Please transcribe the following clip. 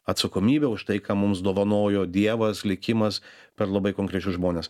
atsakomybę už tai ką mums dovanojo dievas likimas per labai konkrečius žmones